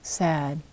sad